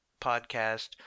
podcast